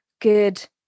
good